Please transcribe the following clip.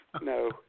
No